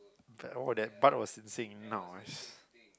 the oh that part was in sync nice